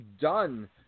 done